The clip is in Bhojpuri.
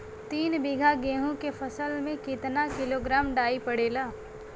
तीन बिघा गेहूँ के फसल मे कितना किलोग्राम डाई पड़ेला?